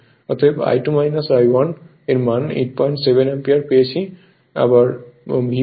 অতএব I2 I 1 এর মান 87 অ্যাম্পিয়ার পেয়েছি